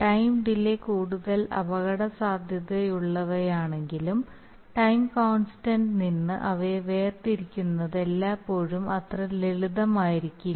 time delay കൂടുതൽ അപകടസാധ്യതയുള്ളവയാണെങ്കിലും time constant നിന്ന് അവയെ വേർതിരിക്കുന്നത് എല്ലായ്പ്പോഴും അത്ര ലളിതമായിരിക്കില്ല